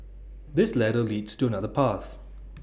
this ladder leads to another path